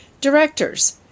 Directors